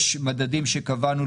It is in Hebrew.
יש מדדים שקבענו,